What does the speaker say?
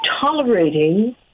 tolerating